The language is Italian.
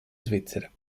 svizzera